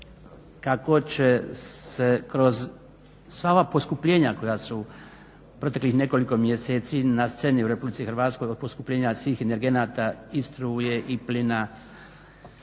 kako će se kroz sama poskupljenja koja su proteklih nekoliko mjeseci na sceni u Republici Hrvatskoj, od poskupljenja svih energenata, i struje i plina,